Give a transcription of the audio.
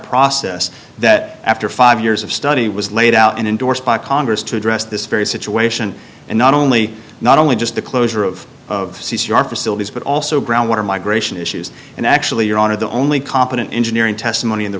process that after five years of study was laid out and endorsed by congress to address this very situation and not only not only just the closure of of your facilities but also groundwater migration issues and actually your honor the only competent engineering testimony in the